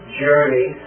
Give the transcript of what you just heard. journey